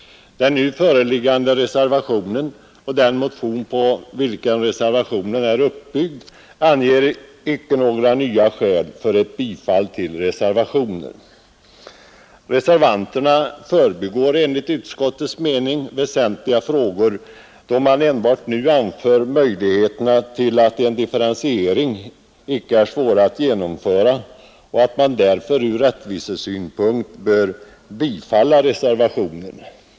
Den nu föreliggande reservationen och den motion på vilken reservationen är uppbyggd anger icke några nya skäl för ett bifall till reservationen. Reservanterna förbigår enligt utskottets mening väsentliga frågor då man enbart nu anför att en differentiering icke är svår att genomföra och att man därför ur rättvisesynpunkt bör bifalla reservationen.